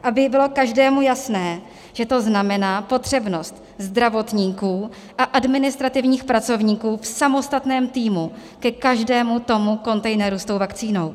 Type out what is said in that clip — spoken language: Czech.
Aby bylo každému jasné, že to znamená potřebnost zdravotníků a administrativních pracovníků v samostatném týmu ke každému tomu kontejneru s vakcínou.